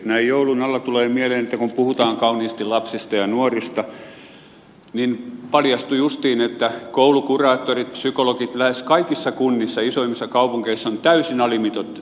näin joulun alla tulee mieleen että kun puhutaan kauniisti lapsista ja nuorista niin paljastui justiin että koulukuraattorit psykologit lähes kaikissa kunnissa isoimmissa kaupungeissa ovat täysin alimitoitetut